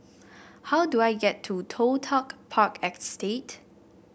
how do I get to Toh Tuck Park Estate